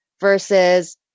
versus